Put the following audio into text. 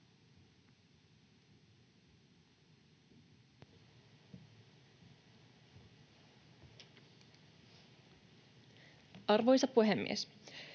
Arvoisa puhemies!